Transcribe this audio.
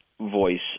voice